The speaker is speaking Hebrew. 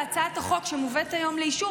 בהצעת החוק שמובאת היום לאישור,